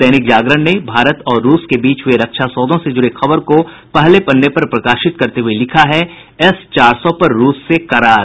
दैनिक जागरण भारत और रूस के बीच हुए रक्षा सौदे से जुड़े खबर को पहले पन्ने पर प्रकाशित करते हुए लिखा है एस चार सौ पर रूस से करार